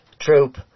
troop